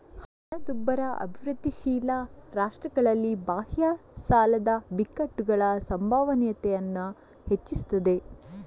ಹಣದುಬ್ಬರ ಅಭಿವೃದ್ಧಿಶೀಲ ರಾಷ್ಟ್ರಗಳಲ್ಲಿ ಬಾಹ್ಯ ಸಾಲದ ಬಿಕ್ಕಟ್ಟುಗಳ ಸಂಭವನೀಯತೆಯನ್ನ ಹೆಚ್ಚಿಸ್ತದೆ